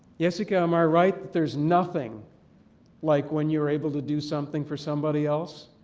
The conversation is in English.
yessica, am i right that there's nothing like when you're able to do something for somebody else?